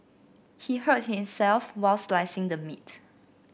he hurt himself while slicing the meat